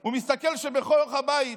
הוא מסתכל, ובתוך הבית